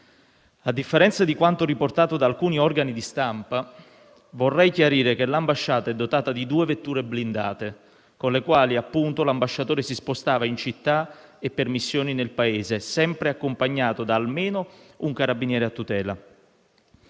A differenza di quanto riportato da alcuni organi di stampa, vorrei chiarire che l'ambasciata è dotata di due vetture blindate, con le quali appunto l'ambasciatore si spostava in città e per missioni nel Paese, sempre accompagnato da almeno un carabiniere a tutela.